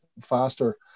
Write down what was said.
faster